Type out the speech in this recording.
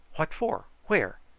what for? where?